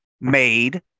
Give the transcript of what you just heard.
made